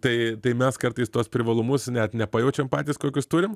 tai tai mes kartais tuos privalumus net nepajaučiam patys kokius turim